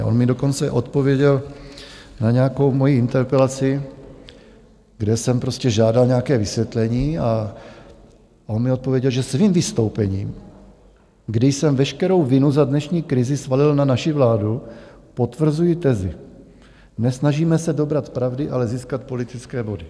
On mi dokonce odpověděl na nějakou moji interpelaci, kde jsem prostě žádal nějaké vysvětlení, a on mi odpověděl, že svým vystoupením, kdy jsem veškerou vinu za dnešní krizi svalil na naši vládu, potvrzuji tezi: nesnažíme se dobrat pravdy, ale získat politické body.